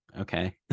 okay